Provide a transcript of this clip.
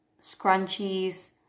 scrunchies